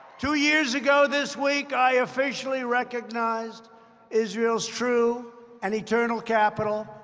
two years ago this week, i officially recognized israel's true and eternal capital,